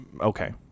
okay